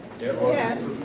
Yes